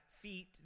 feet